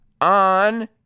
on